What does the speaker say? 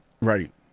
right